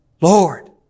Lord